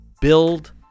build